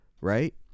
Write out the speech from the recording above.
Right